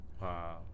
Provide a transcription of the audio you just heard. Wow